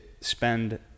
spend